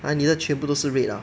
!huh! 你的全部都是 red ah